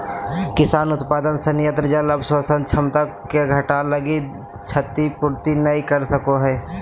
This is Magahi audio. किसान उत्पादन संयंत्र जल अवशोषण क्षमता के घटा लगी क्षतिपूर्ति नैय कर सको हइ